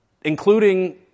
including